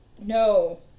No